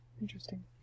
Interesting